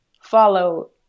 follow